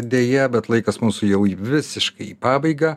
deja bet laikas mūsų jau visiškai į pabaigą